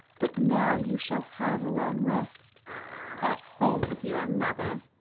but now you shall have a long rest at home with your mother,